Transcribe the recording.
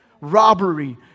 robbery